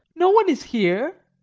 no one is here.